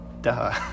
Duh